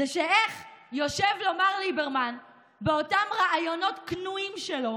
איך יושב לו מר ליברמן באותם ראיונות קנויים שלו